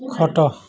ଖଟ